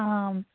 आम्